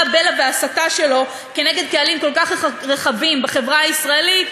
הבלע וההסתה שלו נגד קהלים כל כך רחבים בחברה הישראלית,